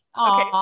Okay